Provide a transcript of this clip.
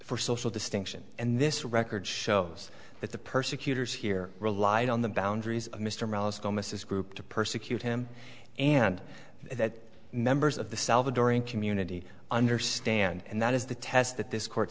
for social distinction and this record shows that the persecutors here relied on the boundaries of mr mallock almost as group to persecute him and that members of the salvadoran community understand and that is the test that this court